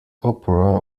opera